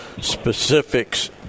specifics